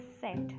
set